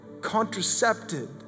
contracepted